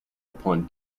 upon